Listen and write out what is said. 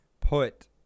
put